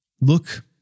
Look